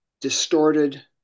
distorted